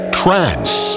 trance